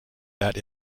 that